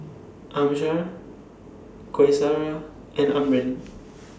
Amsyar Qaisara and Amrin